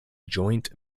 joint